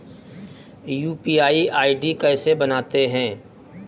UPI ID कैसे बनाते हैं?